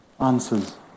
answers